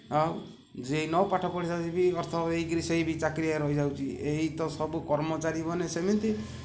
ଆଉ ଯିଏ ନ ପାଠ ପଢ଼ିଲା ବି ନଷ୍ଟ ହୋଇକି ସେ ବେଚାକିରୀଆ ରହିଯାଉଛି ଏହି ତ ସବୁ କର୍ମଚାରୀମାନେ ସେମିତି